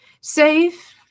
safe